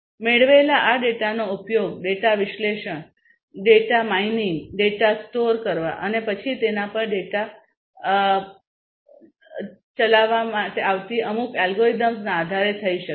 તેથી મેળવેલા આ ડેટાનો ઉપયોગ ડેટા વિશ્લેષણ ડેટાના ખાણકામ ડેટા સ્ટોર કરવા અને પછી તેના પર ડેટા પર ચલાવવામાં આવતી અમુક અલ્ગોરિધમ્સના આધારે થઈ શકે છે